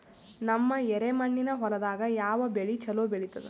ನಮ್ಮ ಎರೆಮಣ್ಣಿನ ಹೊಲದಾಗ ಯಾವ ಬೆಳಿ ಚಲೋ ಬೆಳಿತದ?